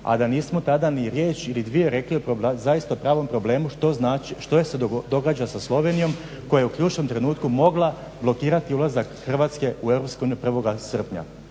a da nismo tada ni riječ ili dvije rekli zaista o pravom problemu što znači, što se događa sa Slovenijom koja u ključnom trenutku mogla blokirati ulazak Hrvatske u EU 1. Srpnja,